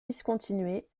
discontinuer